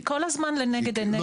היא כל הזמן לנגד עינינו.